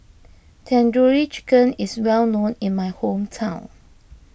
Tandoori Chicken is well known in my hometown